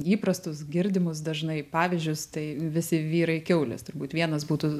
įprastus girdimus dažnai pavyzdžius tai visi vyrai kiaulės turbūt vienas būtų